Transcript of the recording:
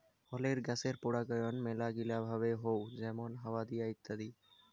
ফলের গাছের পরাগায়ন মেলাগিলা ভাবে হউ যেমন হাওয়া দিয়ে ইত্যাদি